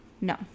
no